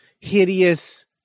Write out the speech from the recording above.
hideous